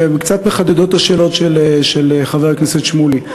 שקצת מחדדות את השאלות של חבר הכנסת שמולי.